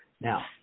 Now